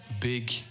big